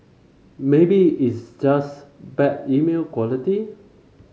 maybe it's just bad email quality